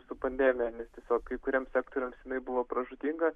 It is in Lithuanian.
su pandemija nes tiesiog kai kuriems sektoriaus jinai buvo pražūtinga